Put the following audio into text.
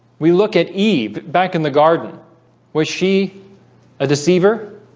we look at eve back in the garden was she a deceiver?